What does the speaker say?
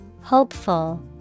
Hopeful